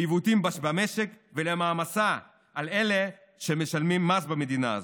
לעיוותים במשק ולמעמסה על אלה שמשלמים מס במדינה הזאת.